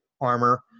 armor